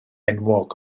enwog